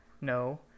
No